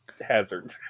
hazard